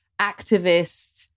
activist